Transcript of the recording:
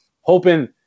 hoping